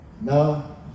No